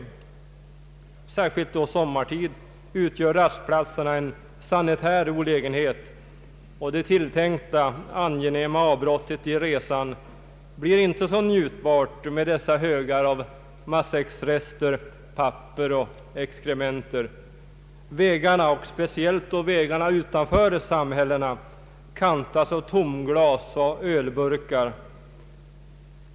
Främst sommartid utgör rastplatserna en sanitär olägenhet, och det tilltänkta angenäma avbrottet i resan blir inte så njutbart med dessa högar av matsäcksrester, papper och exkrementer. Vägarna — speciellt vägarna utanför samhällena — kantas av tomglas och ölburkar.